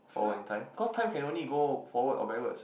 forward in time because time can only go forwards or backwards